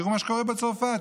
תראו מה שקורה בצרפת,